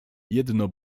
jedno